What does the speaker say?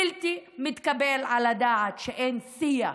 בלתי מתקבל על הדעת שאין שיח.